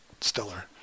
stellar